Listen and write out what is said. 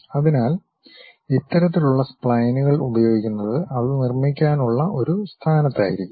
അതിനാൽ ഇത്തരത്തിലുള്ള സ്പ്ലൈനുകൾ ഉപയോഗിക്കുന്നത് അത് നിർമ്മിക്കാനുള്ള ഒരു സ്ഥാനത്ത് ആയിരിക്കും